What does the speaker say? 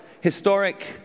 Historic